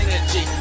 energy